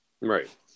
Right